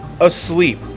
Asleep